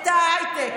את ההייטק,